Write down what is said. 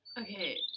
Okay